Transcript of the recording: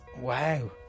Wow